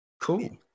Cool